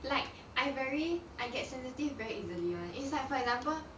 like I very I get sensitive very easily [one] is like for example